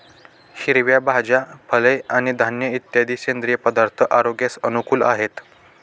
हिरव्या भाज्या, फळे आणि धान्य इत्यादी सेंद्रिय पदार्थ आरोग्यास अनुकूल आहेत